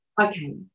okay